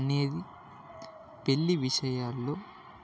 అనేది పెళ్లి విషయాల్లో